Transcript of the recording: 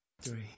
three